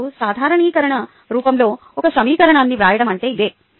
ఇప్పుడు సాధారణీకరణ రూపంలో ఒక సమీకరణాన్ని వ్రాయడం అంటే ఇదే